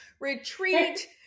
retreat